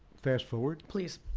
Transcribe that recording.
fast-forward? please.